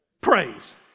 Praise